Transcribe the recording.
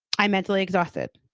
i mentally exhausted.